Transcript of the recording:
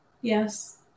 Yes